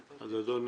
אז אדון נסים,